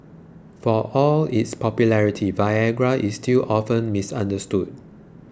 for all its popularity Viagra is still often misunderstood